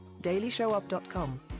dailyshowup.com